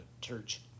church